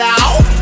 out